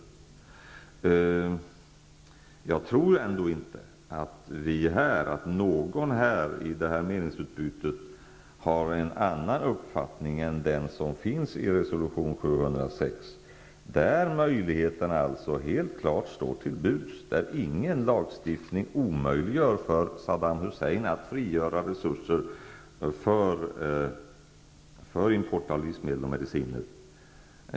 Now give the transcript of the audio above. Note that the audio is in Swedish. Jag tror emellertid inte att någon av dem som deltar i detta meningsutbyte har en annan uppfattning än den som finns i resolution 706, som innebär att möjligheterna helt klart står till buds och att ingen lagstiftning omöjliggör för Saddam Hussein att frigöra resurser för import av livsmedel och mediciner.